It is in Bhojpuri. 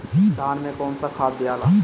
धान मे कौन सा खाद दियाला?